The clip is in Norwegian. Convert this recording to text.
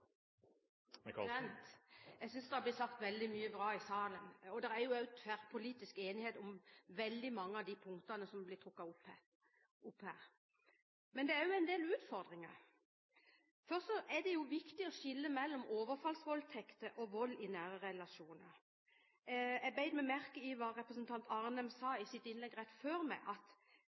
blitt sagt veldig mye bra i salen. Og det er jo også tverrpolitisk enighet om veldig mange av de punktene som blir trukket opp her. Men det er også en del utfordringer. Først er det viktig å skille mellom overfallsvoldtekter og vold i nære relasjoner. Jeg bet meg merke i hva representanten Lund Arnem sa i sitt innlegg rett før meg når det gjaldt voldtekt i nære relasjoner: at